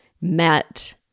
met